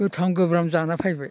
गोथां गोब्राम जाना फैबाय